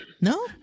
No